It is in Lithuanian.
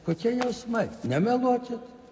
kokie jausmai nemeluokit